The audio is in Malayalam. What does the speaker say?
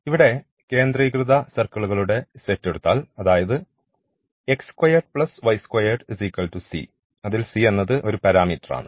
ഇവിടെ കേന്ദ്രീകൃത സർക്കിളുകളുടെ ഈ സെറ്റ് എടുത്താൽ അതായത് x2 y2 c അതിൽ c എന്നത് ഒരു പാരാമീറ്ററാണ്